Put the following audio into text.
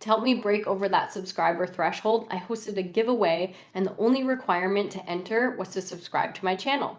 to help me break over that subscriber threshold, i hosted a giveaway and the only requirement to enter was to subscribe to my channel.